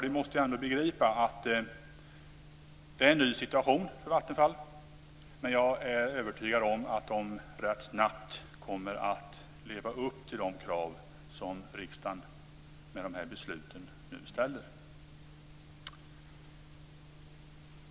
Vi måste ändå förstå att det är en ny situation för Vattenfall, men jag är övertygad om att man rätt snabbt kommer att leva upp till de krav som riksdagen med de här besluten nu ställer.